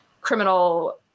criminal